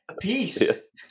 peace